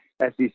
SEC